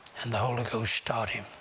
and the holy ghost taught him.